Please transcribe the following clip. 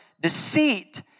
deceit